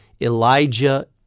Elijah